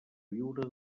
viure